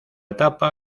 etapa